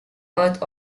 earth